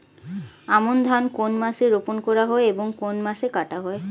আমন ধান কোন মাসে রোপণ করা হয় এবং কোন মাসে কাটা হয়?